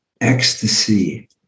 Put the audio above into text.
ecstasy